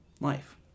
life